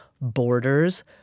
borders